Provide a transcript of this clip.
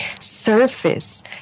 surface